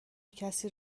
کسی